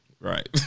Right